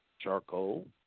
charcoal